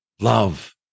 love